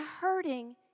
hurting